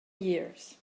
years